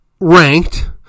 ranked